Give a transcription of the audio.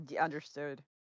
Understood